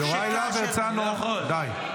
יוראי להב הרצנו, די.